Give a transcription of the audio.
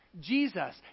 Jesus